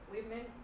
Women